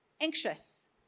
anxious